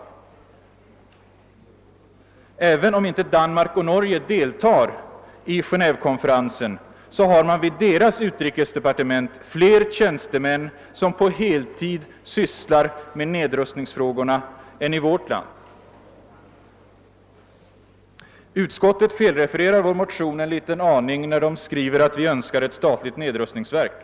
Jag kan också peka på att Danmark och Norge, även om de inte deltar vid Genevekonferensen, vid sina utrikesdepartement har fler tjänstemän som på heltid ägnar sig åt nedrustningsfrågorna än vårt land har. Utskottet felrefererar i viss mån vår motion när det skriver att vi motionärer Önskar ett statligt nedrustningsverk.